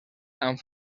amb